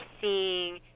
seeing